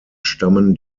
stammen